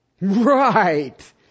Right